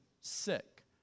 sick